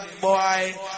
boy